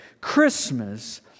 Christmas